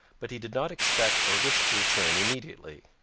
but he did not expect or wish to return immediately.